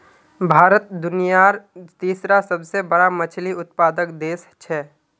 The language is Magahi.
भारत दुनियार तीसरा सबसे बड़ा मछली उत्पादक देश छे